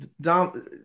Dom